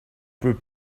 peut